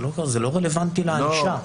זה לא רלוונטי לענישה.